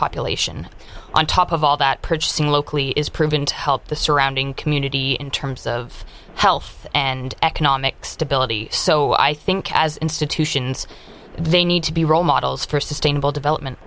population on top of all that purchasing locally is proven to help the surrounding community in terms of health and economic stability so i think as institutions they need to be role models for sustainable development